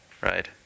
right